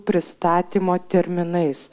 pristatymo terminais